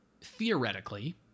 theoretically